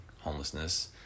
homelessness